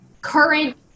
current